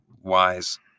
wise